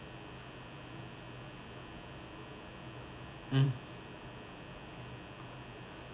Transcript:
mm